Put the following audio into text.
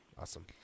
Awesome